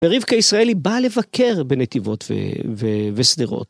ורבקה ישראלי בא לבקר בנתיבות ושדרות.